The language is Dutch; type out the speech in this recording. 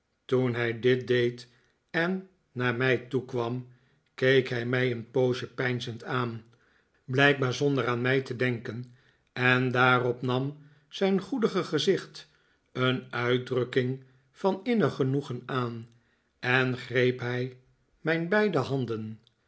toen hij dit deed en naar mij toekwam keek hij mij een poosje peinzend aan blijkbaar zonder aan mij te denken en daarop nam zijn goedige gezicht een uitdrukking van innig genoegen aan en greep hij mijn beide handen